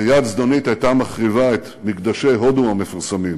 שיד זדונית הייתה מחריבה את מקדשי הודו המפורסמים